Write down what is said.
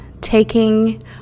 taking